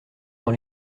dans